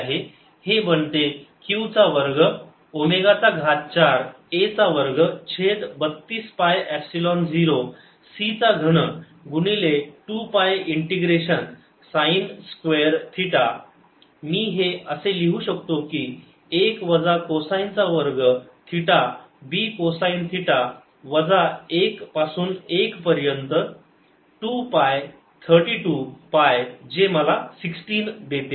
हे बनते q चा वर्ग ओमेगा चा घात चार a चा वर्ग छेद 32 पाय एपसिलोन झिरो c चा घन गुणिले 2 pi integration sine square theta मी हे असे लिहू शकतो की 1 वजा कोसाईन चा वर्ग थिटा b कोसाईन थिटा वजा 1 पासून 1 पर्यंत 2 पाय 32 पाय जे मला 16 देते